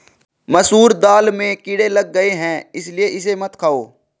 मसूर दाल में कीड़े लग गए है इसलिए इसे मत खाओ